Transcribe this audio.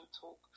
talk